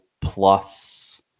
plus